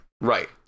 right